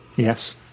Yes